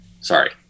Sorry